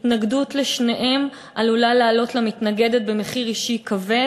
התנגדות לשניהם עלולה לעלות למתנגדת במחיר אישי כבד,